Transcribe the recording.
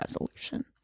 resolution